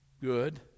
good